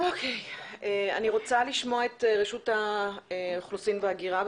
אני רוצה לשמוע את רשות האוכלוסין וההגירה,